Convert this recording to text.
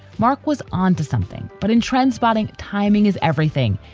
mark was on to something. but in trendspotting, timing is everything.